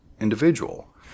individual